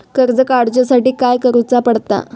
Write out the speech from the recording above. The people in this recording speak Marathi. कर्ज काडूच्या साठी काय करुचा पडता?